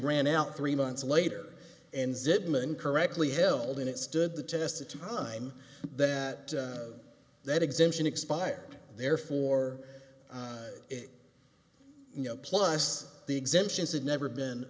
ran out three months later and zyban correctly held in it stood the test of time that that exemption expired therefore it you know plus the exemptions had never been